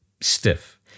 stiff